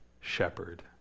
shepherd